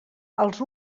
els